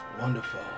wonderful